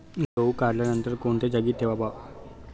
गहू काढल्यानंतर कोणत्या जागी ठेवावा?